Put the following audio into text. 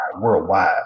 Worldwide